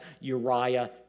Uriah